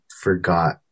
forgot